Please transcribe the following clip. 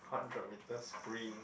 hundred meters sprint